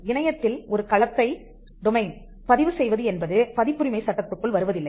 இணையத்தில் ஒரு களத்தைப் பதிவு செய்வது என்பது பதிப்புரிமை சட்டத்துக்குள் வருவதில்லை